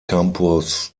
campus